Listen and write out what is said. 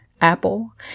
Apple